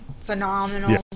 phenomenal